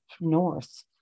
north